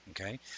okay